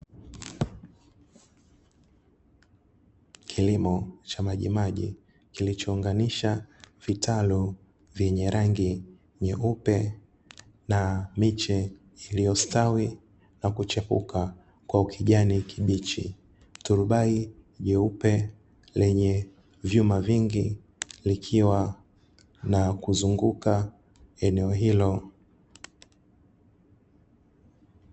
Kilimo cha majimaji kilichounganisha vitalu vyenye rangi nyeupe na miche iliyostawi na kuchepuka kwa ukijani kibichi, turubai jeupe lenye vyuma vingi likiwa na kuzunguka eneo hilo.